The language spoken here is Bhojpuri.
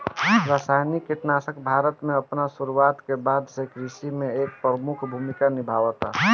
रासायनिक कीटनाशक भारत में अपन शुरुआत के बाद से कृषि में एक प्रमुख भूमिका निभावता